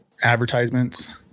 advertisements